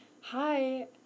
hi